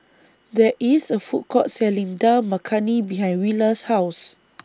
There IS A Food Court Selling Dal Makhani behind Willa's House